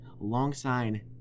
alongside